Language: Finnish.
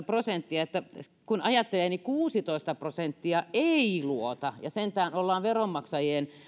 prosenttia kun ajatellaan että kuusitoista prosenttia ei luota ja sentään ollaan veronmaksajien